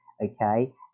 okay